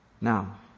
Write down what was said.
Now